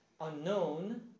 unknown